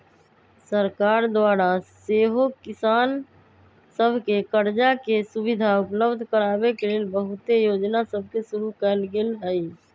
सरकार द्वारा सेहो किसान सभके करजा के सुभिधा उपलब्ध कराबे के लेल बहुते जोजना सभके शुरु कएल गेल हइ